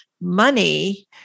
money